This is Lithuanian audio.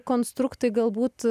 konstruktai galbūt